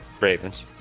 Ravens